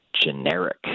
generic